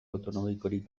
autonomikorik